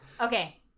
okay